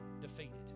defeated